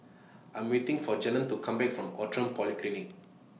I Am waiting For Jalen to Come Back from Outram Polyclinic